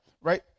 Right